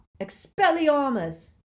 Expelliarmus